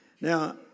Now